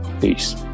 Peace